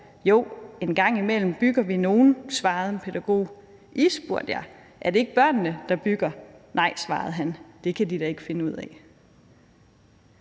Joh, en gang imellem bygger vi nogle, svarede han. - I, spurgte jeg, - er det ikke børnene, der bygger? - Nej, svarede han, - det kan de da ikke finde ud af.«